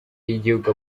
y’igihugu